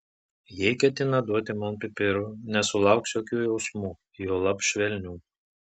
jei ketina duoti man pipirų nesulauks jokių jausmų juolab švelnių